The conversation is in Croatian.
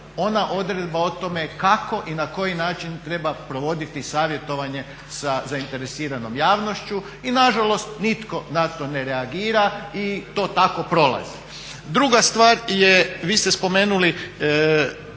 ona odredba o tome kako i na koji način treba provoditi savjetovanje sa zainteresiranom javnošću i nažalost nitko na to ne reagira i to tako prolazi. Druga stvar je, vi ste spomenuli